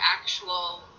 actual